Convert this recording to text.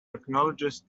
acknowledges